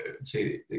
say